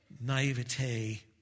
naivete